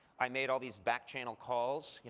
i made all these backchannel calls.